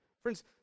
Friends